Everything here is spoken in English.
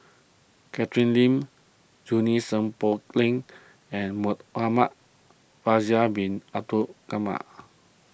Catherine Lim Junie Sng Poh Leng and Muhamad Faisal Bin Abdul